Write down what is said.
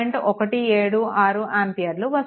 176 ఆంపియర్లు వస్తుంది